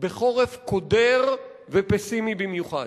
בחורף קודר ופסימי במיוחד.